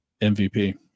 MVP